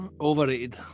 Overrated